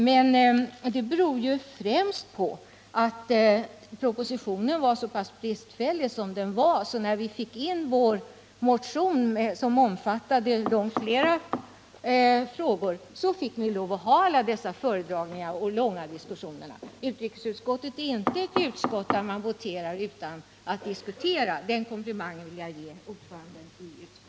Men det beror ju främst på att propositionen var så bristfällig att när vi i utskottet skulle behandla vår motion, som omfattade långt flera frågor, var det nödvändigt med alla dessa föredragningar och långa diskussioner. Utrikesutskottet är inte ett utskott där man voterar utan att diskutera = den komplimangen vill jag ge ordföranden i detta utskott.